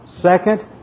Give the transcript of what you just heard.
Second